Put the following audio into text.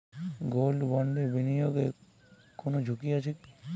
Gold বন্ডে বিনিয়োগে কোন ঝুঁকি আছে কি?